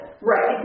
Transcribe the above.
right